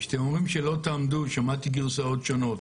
כשאתם אומרים שלא תעמדו, שמעתי גרסאות שונות.